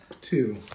two